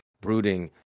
brooding